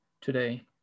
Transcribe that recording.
today